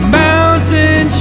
mountain